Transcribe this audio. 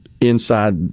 inside